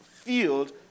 field